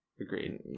Agreed